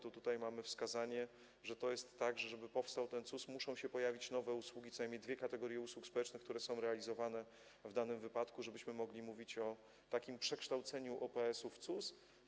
Tutaj mamy wskazanie, że to jest tak, że żeby powstał CUS, muszą się pojawić nowe usługi, co najmniej dwie kategorie usług społecznych, które są realizowane w danym wypadku, żebyśmy mogli mówić o przekształceniu OPS-u w CUS.